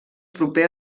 proper